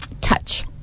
touch